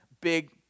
big